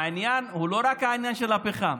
העניין הוא לא רק העניין של פחם.